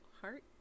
heart